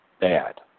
bad